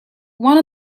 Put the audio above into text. one